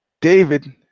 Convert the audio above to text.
David